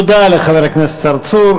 תודה לחבר הכנסת צרצור.